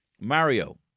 Mario